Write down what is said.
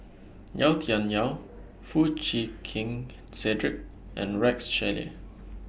Yau Tian Yau Foo Chee Keng Cedric and Rex Shelley